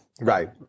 Right